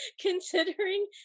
considering